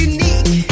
Unique